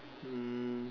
um